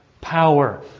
power